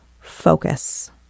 focus